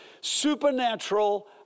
supernatural